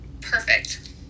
perfect